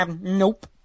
Nope